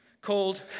called